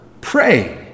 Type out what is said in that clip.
Pray